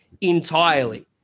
entirely